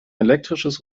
elektrisches